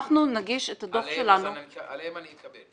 נגיש את הדוח שלנו --- עליהן אני אקבל.